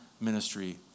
ministry